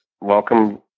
welcome